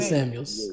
Samuels